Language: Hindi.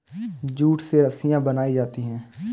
जूट से रस्सियां बनायीं जाती है